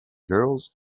girls